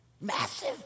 Massive